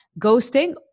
Ghosting